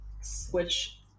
switch